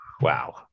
Wow